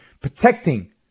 protecting